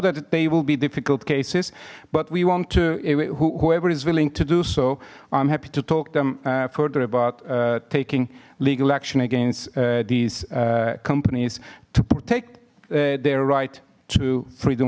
that they will be difficult cases but we want to whoever is willing to do so i'm happy to talk them further about taking legal action against these companies to protect their right to freedom